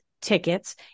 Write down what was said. Tickets